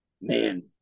man